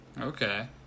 Okay